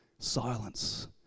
silence